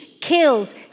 kills